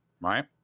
right